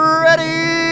ready